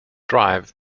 drive